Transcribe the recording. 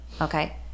okay